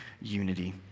unity